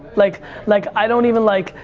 like like i don't even like,